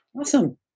Awesome